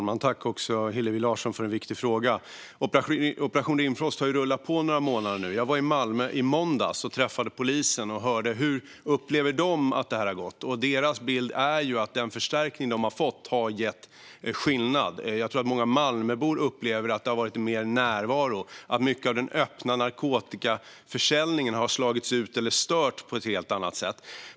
Herr talman! Tack, Hillevi Larsson, för en viktig fråga! Operation Rimfrost har rullat på i några månader nu. Jag var i Malmö i måndags och träffade polisen för att höra hur de upplever att det har gått. Deras bild är att den förstärkning de har fått har gjort skillnad. Jag tror att många Malmöbor upplever att det har varit en större närvaro och att mycket av den öppna narkotikaförsäljningen har slagits ut eller störts på ett helt annat sätt.